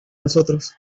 nosotros